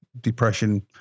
depression